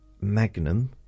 Magnum